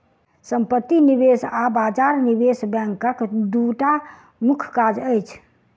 सम्पत्ति निवेश आ बजार निवेश बैंकक दूटा मुख्य काज अछि